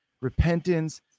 repentance